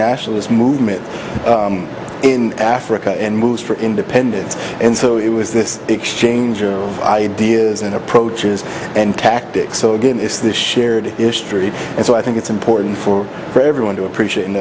nationalist movement in africa and moves for independence and so it was this exchange of ideas and approaches and tactics so again it's the shared history and so i think it's important for everyone to appreciate and